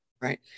Right